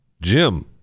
Jim